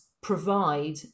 provide